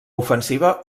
ofensiva